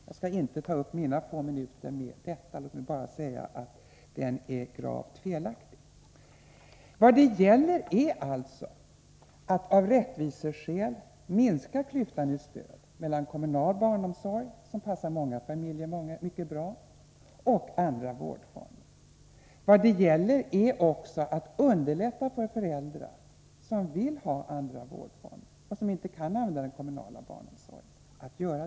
Jag skall dock inte uppta mina få minuter nu med detta; låt mig bara understryka att den beskrivningen är gravt felaktig. Vad debatten nu gäller är att av rättviseskäl minska klyftan i fråga om stöd mellan kommunal barnomsorg, som passar många familjer mycket bra, och andra former. Vad det gäller är också att underlätta för föräldrar som vill ha andra vårdformer och som inte kan använda den kommunala barnomsorgen.